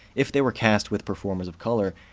if they were cast with performers of color,